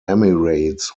emirates